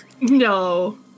No